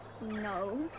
No